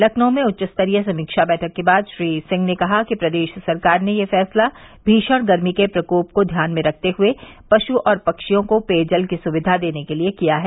लखनऊ में उच्च स्तरीय समीक्षा बैठक के दौरान श्री सिंह ने कहा कि प्रदेश सरकार ने यह फैसला भीषण गर्मी के प्रकोप को ध्यान में रखते हुए पशु और पक्षियों को पेयजल की सुविधा देने के लिये किया है